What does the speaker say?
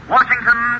Washington